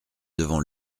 devant